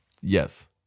Yes